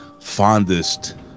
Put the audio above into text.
fondest